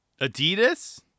Adidas